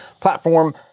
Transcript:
platform